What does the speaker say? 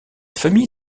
famille